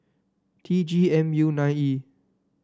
T G M U nine E